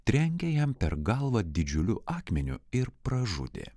trenkė jam per galvą didžiuliu akmeniu ir pražudė